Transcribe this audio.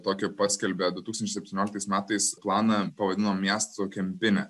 tokį paskelbė du tukstančiai septynioliktais metais planą pavadino miestų kempine